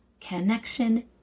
connection